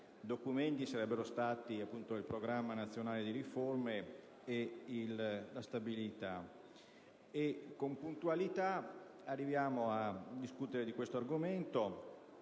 e documenti sarebbero stati il Programma nazionale di riforma e la legge di stabilità. Con puntualità, arriviamo a discutere di questo argomento,